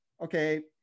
Okay